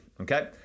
okay